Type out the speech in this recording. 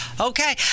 Okay